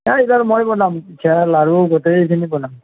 নাই এইবাৰ মই বনাম পিঠা লাৰু গোটেইখিনি বনাম